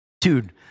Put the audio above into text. Dude